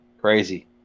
Crazy